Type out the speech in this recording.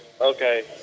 Okay